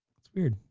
that's weird,